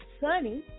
sunny